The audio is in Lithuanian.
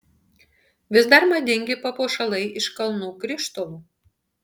vis dar madingi papuošalai iš kalnų krištolų